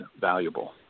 valuable